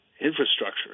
infrastructure